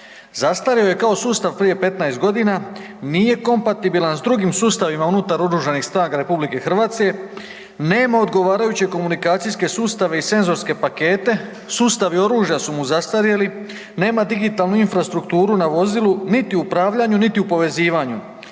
Zastario je kao sustav prije 15 g., nije kompatibilan s drugim sustavima unutar OS RH, nema odgovarajuće komunikacijske sustave i senzorske pakete, sustavi oružja su mu zastarjeli, nema digitalnu infrastrukturu na vozilu niti u upravljanju niti u povezivanju.